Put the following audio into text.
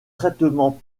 traitement